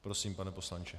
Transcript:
Prosím, pane poslanče.